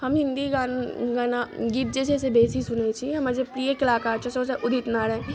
हम हिन्दी गाना गीत जे छै से बेसी सुनैत छी हमर जे प्रिय कलाकार छथि ओ छथि उदित नारायण